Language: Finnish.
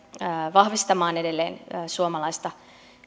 vahvistamaan edelleen suomalaista